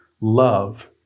love